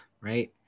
Right